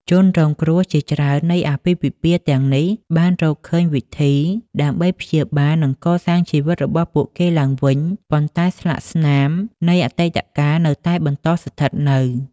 ជនរងគ្រោះជាច្រើននៃអាពាហ៍ពិពាហ៍ទាំងនេះបានរកឃើញវិធីដើម្បីព្យាបាលនិងកសាងជីវិតរបស់ពួកគេឡើងវិញ ប៉ុន្តែស្លាកស្នាមនៃអតីតកាលនៅតែបន្តស្ថិតនៅ។